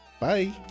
Bye